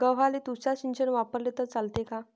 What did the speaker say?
गव्हाले तुषार सिंचन वापरले तर चालते का?